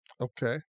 Okay